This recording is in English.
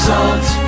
Salt